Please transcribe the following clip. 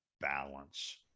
balance